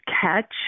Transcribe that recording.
catch